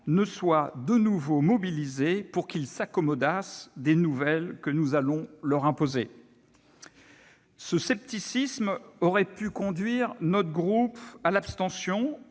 ne soit de nouveau mobilisée pour qu'ils s'accommodassent des nouvelles que nous allons leur imposer. Ce scepticisme aurait pu conduire mon groupe à l'abstention